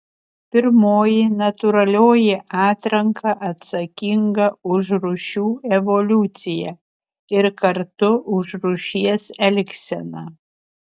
pirmoji natūralioji atranka atsakinga už rūšių evoliuciją ir kartu už rūšies elgseną